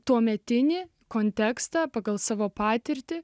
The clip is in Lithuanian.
tuometinį kontekstą pagal savo patirtį